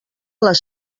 les